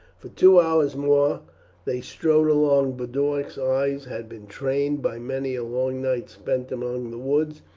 for two hours more they strode along. boduoc's eyes had been trained by many a long night spent among the woods,